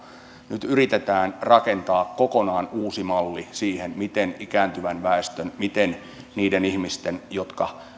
nyt yritetään rakentaa kokonaan uusi malli siihen miten ikääntyvän väestön niiden ihmisten jotka